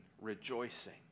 rejoicing